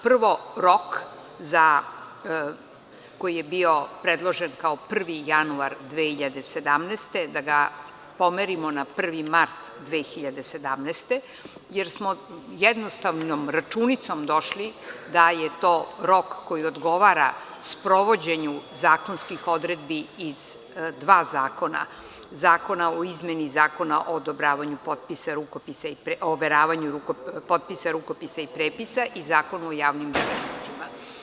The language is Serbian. Prvo, rok koji je bio predložen kao 1. januar 2017. godine, da ga pomerimo na 1. mart 2017. godine, jer smo jednostavnom računicom došli da je to rok koji odgovara sprovođenju zakonskih odredbi iz dva zakona – zakona o izmeni Zakona o overavanju potpisa, rukopisa i prepisa i Zakonu o javnim beležnicima.